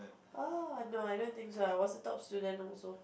oh no I don't think so I was the top student also